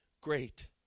great